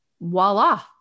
voila